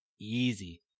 easy